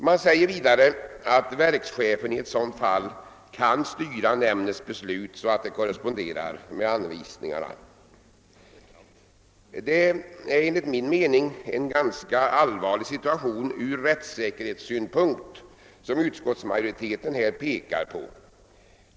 Vidare uttalas att verkschefen i sådant fall kan styra nämndens beslut så att det korresponderar med anvisningarna. Det är enligt min mening en från rättssäkerhetssynpunkt ganska allvarlig situation som utskottsmajoriteten här pekar på.